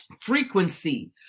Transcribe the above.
frequency